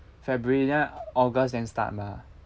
february then august then start mah